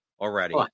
already